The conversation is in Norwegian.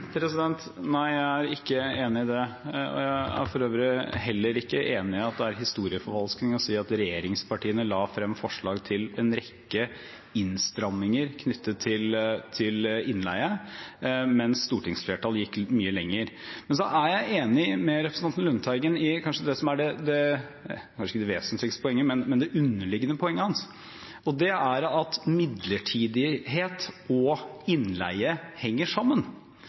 Nei, jeg er ikke enig i det. Jeg er for øvrig heller ikke enig i at det er historieforfalskning å si at regjeringspartiene la frem forslag til en rekke innstramminger knyttet til innleie, men stortingsflertallet gikk mye lenger. Så er jeg enig med representanten Lundteigen kanskje ikke i det som er det vesentligste poenget, men i det underliggende poenget hans, og det er at midlertidighet og innleie henger sammen.